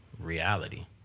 reality